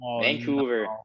Vancouver